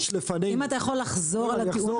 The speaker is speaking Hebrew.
אם אתה יכול לחזור על הטיעון הזה.